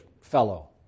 fellow